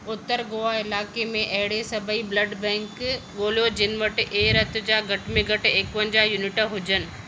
उत्तर गोवा इलाइक़े में अहिड़े सभई ब्लड बैंक ॻोल्हियो जिन वटि ए रत जा घटि में घटि एकवंजाह यूनिट हुजनि